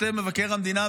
כותב מבקר המדינה,